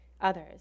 others